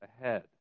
ahead